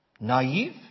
Naive